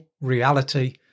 Reality